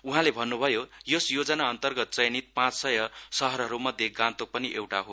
उहाैले भन्नुभयो यस योजनाअन्तर्गत चयनित पाँच सय शहरहरूमध्ये गान्तोक पनि एउटा हो